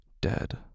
Dead